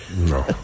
No